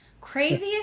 Craziest